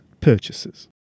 purchases